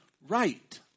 right